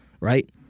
Right